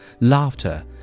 laughter